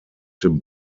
den